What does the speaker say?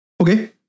Okay